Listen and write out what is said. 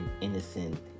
innocent